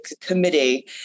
committee